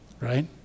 Right